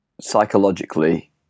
psychologically